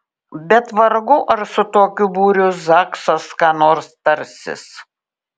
bet vargu ar su tokiu būriu zaksas ką nors tarsis